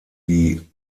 die